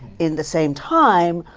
in the same time,